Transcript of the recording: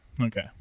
Okay